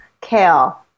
Kale